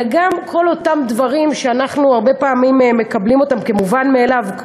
אלא גם כל אותם דברים שאנחנו הרבה פעמים מקבלים אותם כמובן מאליו,